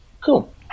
Cool